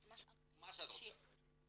מה שאת רוצה.